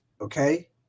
Okay